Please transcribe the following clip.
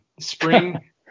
spring